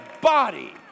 body